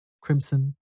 crimson